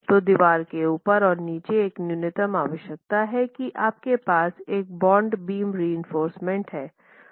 तो दीवार के ऊपर और नीचे एक न्यूनतम आवश्यकता है कि आपके पास एक बांड बीम रिइंफोर्समेन्ट है